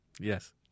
Yes